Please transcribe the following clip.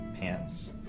pants